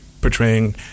portraying